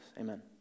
Amen